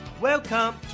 welcome